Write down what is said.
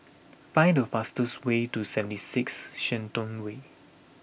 find the fastest way to seventy six Shenton Way